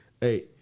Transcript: Hey